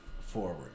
forward